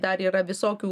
dar yra visokių